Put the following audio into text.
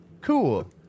Cool